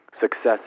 success